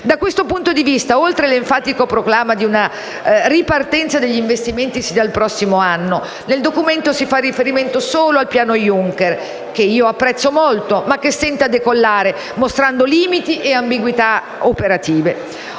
Da questo punto di vista, oltre all'enfatico proclama di una ripartenza degli investimenti sin dal prossimo anno, nel Documento si fa riferimento solo al piano Juncker, che io apprezzo molto, ma che stenta a decollare, mostrando limiti ed ambiguità operative.